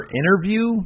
interview